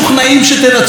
בואו לבחירות.